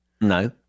No